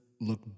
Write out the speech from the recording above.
look